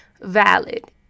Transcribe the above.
valid